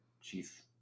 chief